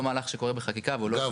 מהלך שקורה בחקיקה והוא לא --- אגב,